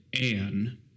Anne